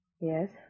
Yes